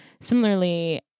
similarly